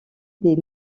des